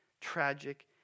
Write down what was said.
tragic